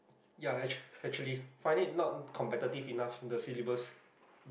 ya actually actually find it not competitive enough the syllabus